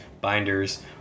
binders